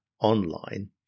online